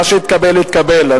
מה שהתקבל, התקבל.